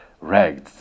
ragged